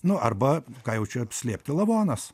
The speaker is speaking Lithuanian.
nu arba ką jau čia slėpti lavonas